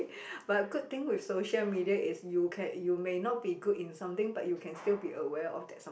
but good thing with social media is you can you may not be good in something but you can still be aware of that some